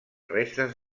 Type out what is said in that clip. restes